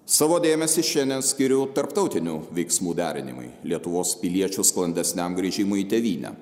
savo dėmesį šiandien skiriu tarptautinių veiksmų derinimui lietuvos piliečių sklandesniam grįžimui į tėvynę